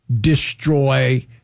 destroy